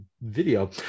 video